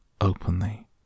Openly